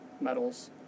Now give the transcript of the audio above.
metals